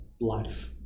life